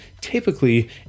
typically